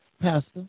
Pastor